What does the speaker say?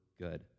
good